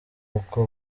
uko